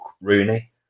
Rooney